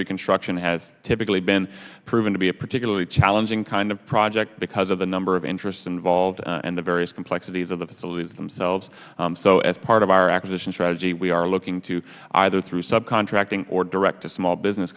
entry construction has typically been proven to be a particularly challenging kind of project because of the number of interests involved and the various complexities of the facilities themselves so as part of our acquisition strategy we are looking to either through sub contracting or direct to small business